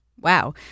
Wow